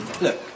Look